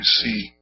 see